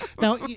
Now